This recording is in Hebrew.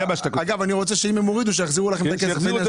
אם הם הורידו, אני רוצה שהם יחזירו לכם אתה כסף.